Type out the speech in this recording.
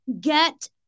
get